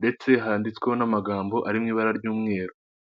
ndetse handitsweho n'amagambo ari mu ibara ry'umweru.